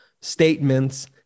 statements